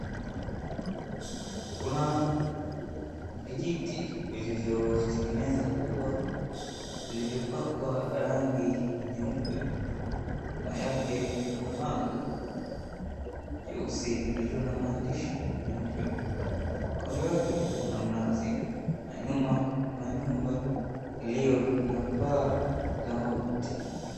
Kuna vijiti vilivyotengeneza ua vilivyopakwa rangi nyeupe, nyuma yake kuna bango jeusi lililo na maandishi meupe, kando yake kuna mnazi na nyumba iliyo na paa la makuti.